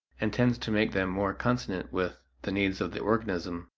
and tends to make them more consonant with the needs of the organism.